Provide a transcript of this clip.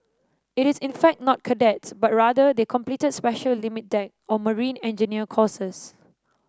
it is fact not cadets but rather they completed special limit deck or marine engineer courses